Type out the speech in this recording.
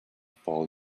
follow